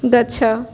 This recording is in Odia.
ଗଛ